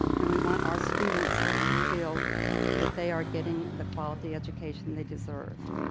and we want our students to feel that they are getting the quality education they deserve.